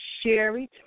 Sherry